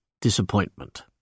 disappointment